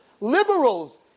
liberals